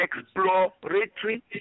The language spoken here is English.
exploratory